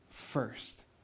first